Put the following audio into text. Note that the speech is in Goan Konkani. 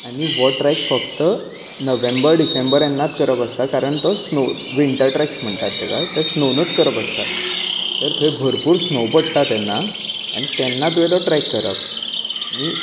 आनी हो ट्रॅक फक्त नोव्हेंबर डिसेंबर येन्नाच करप आसता कारण तो स्नो विंटर ट्रॅक्स म्हणटात तेका ते स्नोनूत करप आसतात तर थंय भरपूर स्नो पडटा तेन्ना आनी तेन्ना तुवें तो ट्रॅक करप अनी